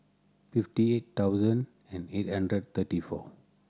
fifty eight thousand and eight hundred thirty four